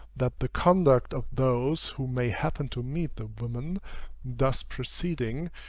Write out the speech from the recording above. that the conduct of those who may happen to meet the women thus preceding,